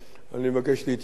אני מבקש להתייחס